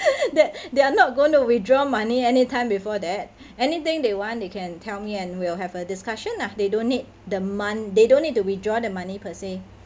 that they are not going to withdraw money anytime before that anything they want they can tell me and we'll have a discussion lah they don't need the mon~ they don't need to withdraw the money per se